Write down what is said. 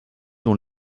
dont